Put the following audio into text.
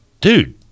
dude